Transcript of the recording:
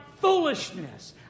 foolishness